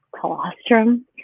colostrum